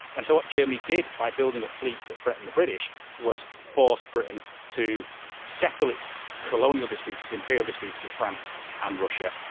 and so what germany did by building a fleet that threatened the british was force britain to settle its colonial disputes, its imperial disputes with france and russia.